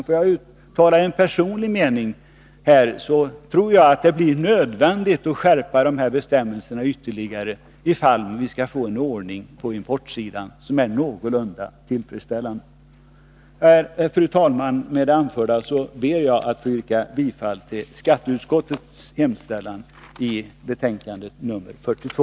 Får jag uttala en personlig mening, så tror jag att det blir nödvändigt att skärpa dessa bestämmelser ytterligare, om vi skall få en ordning på importsidan som är någorlunda tillfredsställande. Med det anförda ber jag att få yrka bifall till skatteutskottets hemställan i dess betänkande 42.